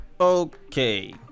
okay